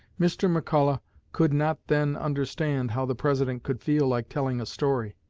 mr. mcculloch could not then understand how the president could feel like telling a story,